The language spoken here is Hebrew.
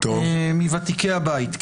הוא מוותיקי הבית.